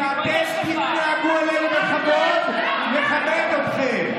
כשאתם תתנהגו אלינו בכבוד, נכבד אתכם.